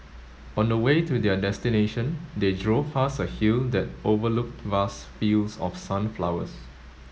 on the way to their destination they drove past a hill that overlooked vast fields of sunflowers